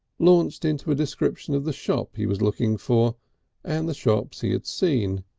launched into a description of the shop he was looking for and the shops he had seen.